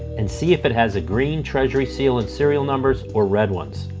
and see if it has a green treasury seal and serial numbers, or red ones.